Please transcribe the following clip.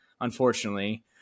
unfortunately